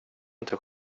inte